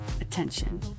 attention